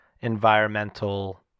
environmental